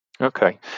Okay